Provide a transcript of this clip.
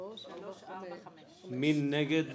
מי נגד?